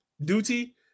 duty